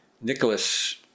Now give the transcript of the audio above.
Nicholas